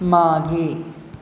मागे